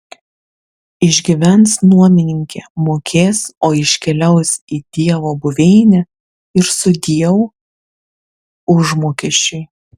išgyvens nuomininkė mokės o iškeliaus į dievo buveinę ir sudieu užmokesčiui